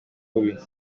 bubi